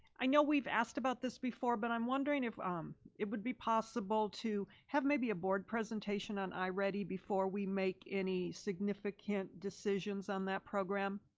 i know we've asked about this before, but i'm wondering if um it would be possible to have maybe a board presentation on i-ready before we make any significant decisions on that program.